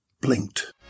blinked